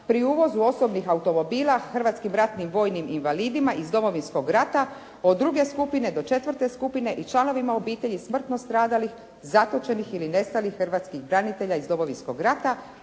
pri uvozu osobnih automobila hrvatskim ratnim vojnim invalidima iz Domovinskog rata od druge skupine do četvrte skupine i članovima obitelji smrtno stradalih, zatočenih ili nestalih hrvatskih branitelja iz Domovinskog rata